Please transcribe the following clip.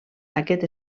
aquest